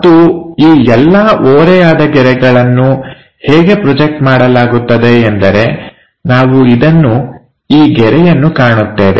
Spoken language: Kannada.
ಮತ್ತು ಈ ಎಲ್ಲಾ ಓರೆಯಾದ ಗೆರೆಗಳನ್ನು ಹೇಗೆ ಪ್ರೊಜೆಕ್ಟ್ ಮಾಡಲಾಗುತ್ತದೆ ಎಂದರೆ ನಾವು ಇದನ್ನು ಈ ಗೆರೆಯನ್ನು ಕಾಣುತ್ತೇವೆ